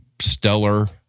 stellar